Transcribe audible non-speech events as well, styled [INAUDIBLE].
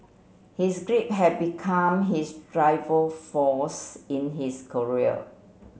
his grief had become his [UNINTELLIGIBLE] force in his career